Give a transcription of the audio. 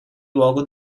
luogo